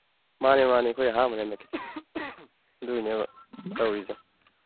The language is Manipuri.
ꯃꯥꯅꯦ ꯃꯥꯅꯦ ꯑꯩꯈꯣꯏ ꯑꯍꯥꯟꯕꯅꯦ ꯍꯟꯗꯛꯀꯤꯁꯦ ꯑꯗꯨꯒꯤꯅꯦꯕ ꯇꯧꯔꯤꯁꯦ